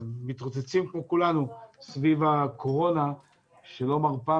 מתרוצצים כמו כולם סביב הקורונה שלא מרפה